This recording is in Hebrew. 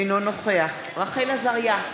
אינו נוכח רחל עזריה,